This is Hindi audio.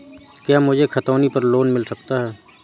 क्या मुझे खतौनी पर लोन मिल सकता है?